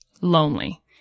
lonely